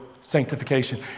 sanctification